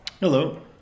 Hello